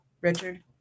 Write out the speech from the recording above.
Richard